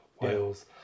Wales